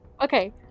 Okay